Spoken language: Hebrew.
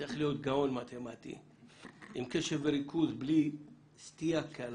צריך להיות גאון מתמטי עם קשב וריכוז בלי סטייה קלה,